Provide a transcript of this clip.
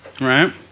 right